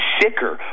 sicker